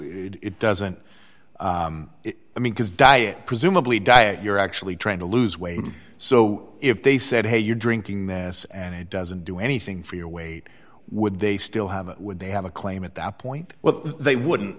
theory it doesn't i mean because diet presumably diet you're actually trying to lose weight so if they said hey you're drinking mess and it doesn't do anything for your weight would they still have it would they have a claim at that point well they wouldn't